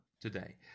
today